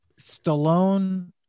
Stallone